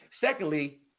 Secondly